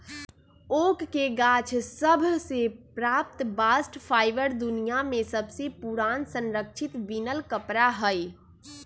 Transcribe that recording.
oak के गाछ सभ से प्राप्त बास्ट फाइबर दुनिया में सबसे पुरान संरक्षित बिनल कपड़ा हइ